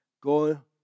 Go